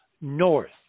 north